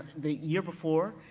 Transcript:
the year before,